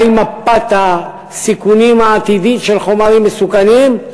מהי מפת הסיכונים העתידית של חומרים מסוכנים,